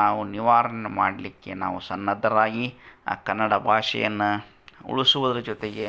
ನಾವು ನಿವಾರಣೆ ಮಾಡಲ್ಲಿಕ್ಕೆ ನಾವು ಸನ್ನದ್ಧರಾಗಿ ಆ ಕನ್ನಡ ಭಾಷೆಯನ್ನ ಉಳ್ಸೂದ್ರ ಜೊತೆಗೆ